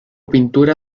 pintura